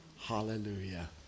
Hallelujah